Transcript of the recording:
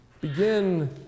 begin